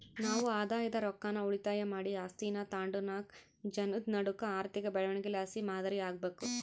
ನಾವು ಆದಾಯದ ರೊಕ್ಕಾನ ಉಳಿತಾಯ ಮಾಡಿ ಆಸ್ತೀನಾ ತಾಂಡುನಾಕ್ ಜನುದ್ ನಡೂಕ ಆರ್ಥಿಕ ಬೆಳವಣಿಗೆಲಾಸಿ ಮಾದರಿ ಆಗ್ಬಕು